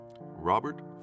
Robert